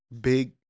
big